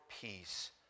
peace